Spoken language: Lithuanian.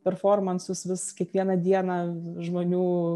performansus vis kiekvieną dieną žmonių